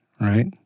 right